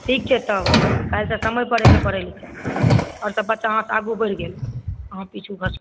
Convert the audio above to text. ठीक छै तब काल्हिसँ समय पर एबै पढ़ै ला और सब बच्चा अहाँकेॅं आगु बढ़ि गेल अहाँ पिछु घसकु